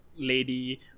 lady